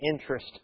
interest